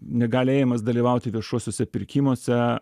negalėjimas dalyvauti viešuosiuose pirkimuose